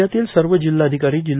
राज्यातील सर्व जिल्हाधिकारी जि